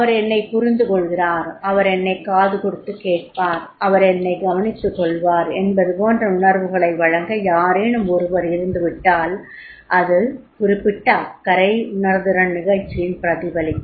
அவர் என்னைப் புரிந்துகொள்கிறார் அவர் என்னைக் காது கொடுத்துக் கேட்பார் அவர் என்னைக் கவனித்துக்கொள்வார் என்பதுபோன்ற உணர்வுகளை வழங்க யாரேனும் ஒருவர் இருந்து விட்டால் அது குறிப்பிட்ட அக்கறை உணர்திறன் நிகழ்ச்சியின் பிரதிபலிப்பு